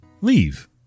Leave